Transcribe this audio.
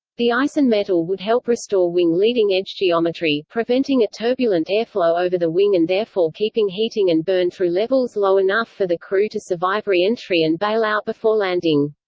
the ice and metal would help restore wing leading edge geometry, preventing a turbulent airflow over the wing and therefore keeping heating and burn-through levels low enough for the crew to survive re-entry and bail out before landing.